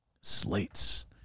Slates